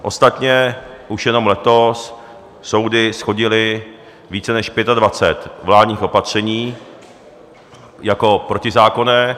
Ostatně už jenom letos soudy shodily více než 25 vládních opatření jako protizákonných.